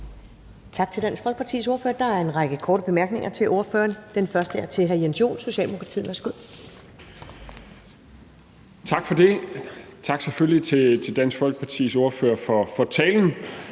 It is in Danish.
Tak til Dansk Folkepartis ordfører. Der er en række korte bemærkninger til ordføreren. Den første er fra hr. Jens Joel, Socialdemokratiet. Værsgo. Kl. 11:07 Jens Joel (S): Tak for det. Tak selvfølgelig til Dansk Folkepartis ordfører for talen,